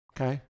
Okay